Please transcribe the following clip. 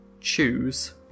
choose